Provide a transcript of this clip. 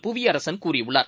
புவியரசன் கூறியுள்ளார்